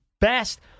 best